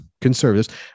conservatives